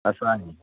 असं आहे